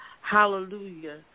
hallelujah